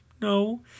no